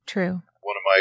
True